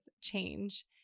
change